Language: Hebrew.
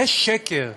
זה שקר,